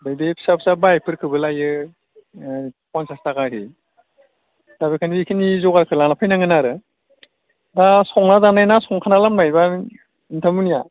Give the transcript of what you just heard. बिदि फिसा फिसा बाइकफोरखोबो लायो फन्सासथाखायै दा बेखायनो बिखिनि जगारखो लाना फैनांगोन आरो दा संना जानाय ना संखाना लाबोनाय बा नोंथांमोनिया